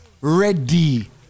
ready